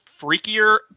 freakier